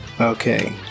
Okay